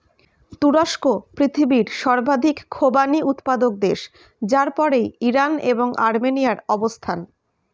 তুরস্ক পৃথিবীর সর্বাধিক খোবানি উৎপাদক দেশ যার পরেই ইরান এবং আর্মেনিয়ার অবস্থান